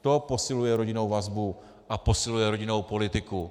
To posiluje rodinnou vazbu a posiluje rodinnou politiku.